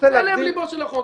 זה לב לבו של החוק,